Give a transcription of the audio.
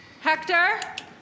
Hector